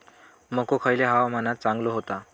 मको खयल्या हवामानात चांगलो होता?